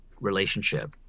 relationship